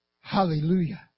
Hallelujah